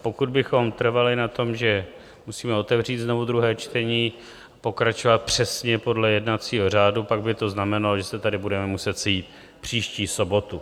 Pokud bychom trvali na tom, že musíme otevřít znovu druhé čtení, pokračovat přesně podle jednacího řádu, pak by to znamenalo, že se tady budeme muset sejít příští sobotu.